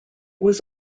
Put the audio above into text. was